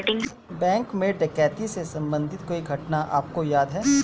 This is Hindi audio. बैंक में डकैती से संबंधित कोई घटना आपको याद है?